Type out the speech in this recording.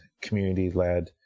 community-led